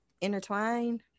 intertwined